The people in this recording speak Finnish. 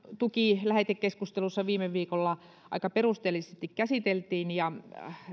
tuki käsiteltiin lähetekeskustelussa viime viikolla aika perusteellisesti ja